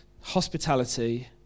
Hospitality